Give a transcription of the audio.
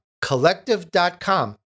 collective.com